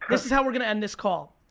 this is how we're gonna end this call.